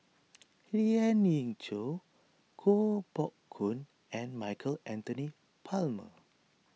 Lien Ying Chow Koh Poh Koon and Michael Anthony Palmer